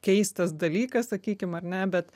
keistas dalykas sakykim ar ne bet